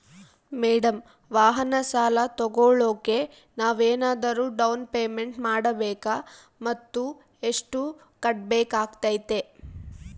Madam ವಾಹನ ಸಾಲ ತೋಗೊಳೋಕೆ ನಾವೇನಾದರೂ ಡೌನ್ ಪೇಮೆಂಟ್ ಮಾಡಬೇಕಾ ಮತ್ತು ಎಷ್ಟು ಕಟ್ಬೇಕಾಗ್ತೈತೆ?